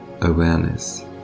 awareness